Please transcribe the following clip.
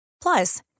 Plus